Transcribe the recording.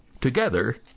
Together